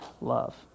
love